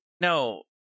No